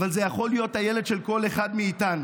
אבל זה יכול להיות הילד של כל אחד מאיתנו.